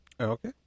Okay